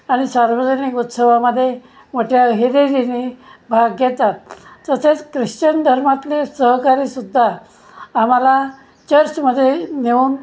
आणि सार्वजनिक उत्सवामध्ये मोठ्या हिरिरीने भाग घेतात तसेच ख्रिश्चन धर्मातले सहकारीसुद्धा आम्हाला चर्चमध्ये नेऊन